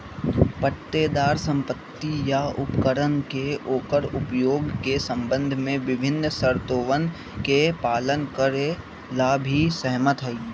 पट्टेदार संपत्ति या उपकरण के ओकर उपयोग के संबंध में विभिन्न शर्तोवन के पालन करे ला भी सहमत हई